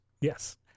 yes